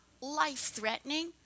life-threatening